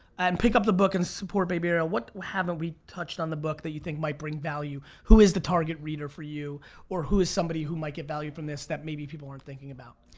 and pick up the book and support baby ariel. what what haven't we touched on the book that you think might bring value? who is the target reader for you or who is somebody who might get value from this that maybe people aren't thinking about?